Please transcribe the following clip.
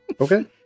Okay